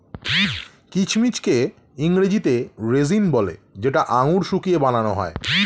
কিচমিচকে ইংরেজিতে রেজিন বলে যেটা আঙুর শুকিয়ে বানান হয়